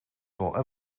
wel